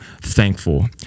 thankful